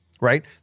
right